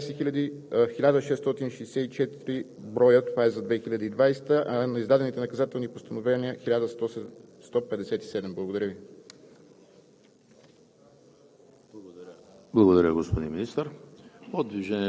Броят на съставените актове за последните четири години е 1664 броя – това е за 2020-а, а на издадените наказателни постановления – 1157. Благодаря Ви.